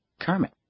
Kermit